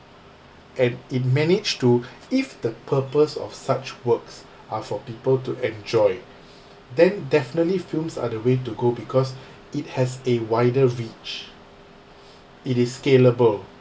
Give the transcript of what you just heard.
and it managed to if the purpose of such works are for people to enjoy then definitely films are the way to go because it has a wider reach it is scalable